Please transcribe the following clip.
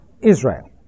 Israel